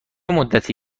مدتی